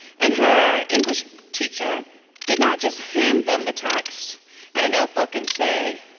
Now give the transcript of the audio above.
and her english teacher did not just hand them the text and a notebook and say,